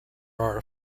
are